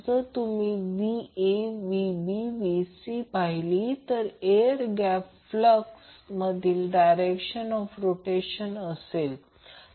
जर तुम्ही VaVbVc पाहिली तर ते एअर गॅप फ्लक्स मधील डायरेक्शन ऑफ रोटेशन असेल